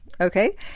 Okay